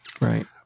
Right